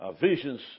visions